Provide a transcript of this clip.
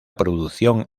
producción